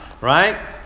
right